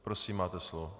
Prosím, máte slovo.